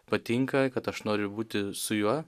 patinka kad aš noriu būti su juo